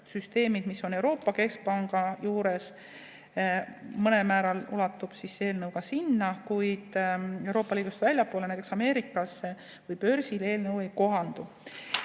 süsteemid, mis on Euroopa Keskpanga juures, mõnel määral ulatub see eelnõu ka sinna. Kuid Euroopa Liidust väljaspool, näiteks Ameerika börsi suhtes eelnõu ei kohaldu.